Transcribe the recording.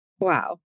Wow